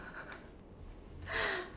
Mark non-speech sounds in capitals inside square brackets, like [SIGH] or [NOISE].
[LAUGHS]